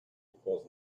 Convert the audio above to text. because